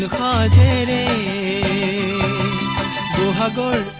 a little regard